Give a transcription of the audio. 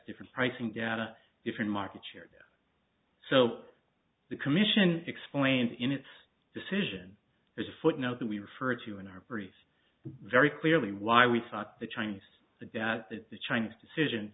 different pricing data different market share so the commission explains in its decision there's a footnote that we referred to in our briefs very clearly why we thought the chinese data that the chinese decision